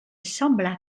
sembla